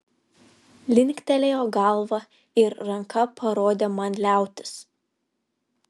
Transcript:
linktelėjo galva ir ranka parodė man liautis